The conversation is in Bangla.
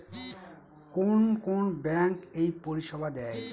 কোন কোন ব্যাঙ্ক এই পরিষেবা দেয়?